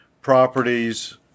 properties